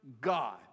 God